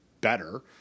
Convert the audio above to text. better